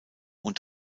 und